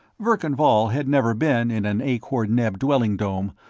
verkan vall had never been in an akor-neb dwelling dome,